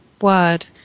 word